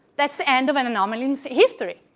that's the end of an anomaly in history.